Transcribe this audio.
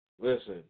Listen